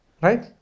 right